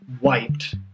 wiped